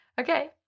okay